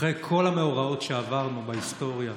אחרי כל המאורעות שעברנו וההיסטוריה,